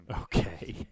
Okay